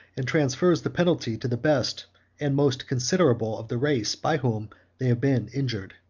and transfers the penalty to the best and most considerable of the race by whom they have been injured.